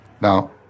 Now